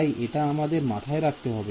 তাই এটা আমাদের মাথায় রাখতে হবে